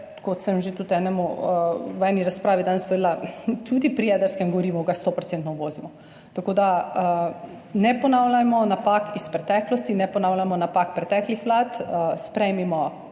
kot sem že tudi v eni razpravi danes povedala, tudi jedrsko gorivo stoodstotno uvozimo. Ne ponavljajmo napak iz preteklosti, ne ponavljamo napak preteklih vlad, sprejmimo